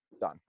done